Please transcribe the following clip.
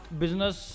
business